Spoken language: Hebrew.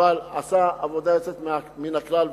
אבל עשה עבודה יוצאת מן הכלל,